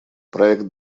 проект